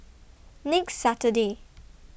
next Saturday